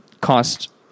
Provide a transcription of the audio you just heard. cost